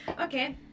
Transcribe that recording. Okay